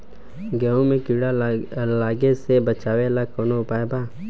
गेहूँ मे कीड़ा लागे से बचावेला कौन उपाय बा?